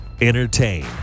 Entertain